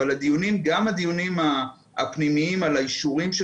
וגם הדיונים הפנימיים על האישורים של